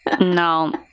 no